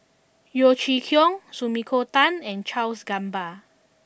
Yeo Chee Kiong Sumiko Tan and Charles Gamba